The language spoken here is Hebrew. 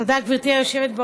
תודה, גברתי היושבת-ראש.